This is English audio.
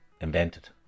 invented